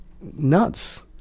nuts